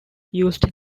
used